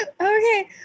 okay